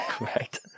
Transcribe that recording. Right